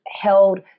held